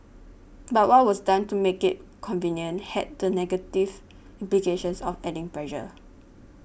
but what was done to make it convenient had the negative implications of adding pressure